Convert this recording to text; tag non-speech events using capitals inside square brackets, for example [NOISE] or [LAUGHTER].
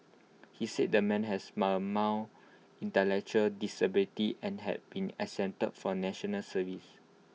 he said the man has [UNINTELLIGIBLE] mild intellectual disability and had been exempted from National Service